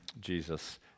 Jesus